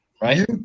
Right